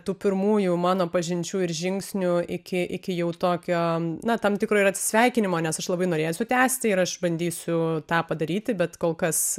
tų pirmųjų mano pažinčių ir žingsnių iki iki jau tokio na tam tikro ir atsisveikinimo nes aš labai norėsiu tęsti ir aš bandysiu tą padaryti bet kol kas